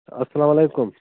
اسلامُ علیکُم